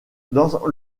dans